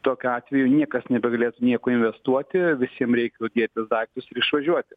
tokiu atveju niekas nebegalės nieko investuoti visiem reiktų dėtis daiktus ir išvažiuoti